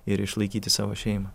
ir išlaikyti savo šeimą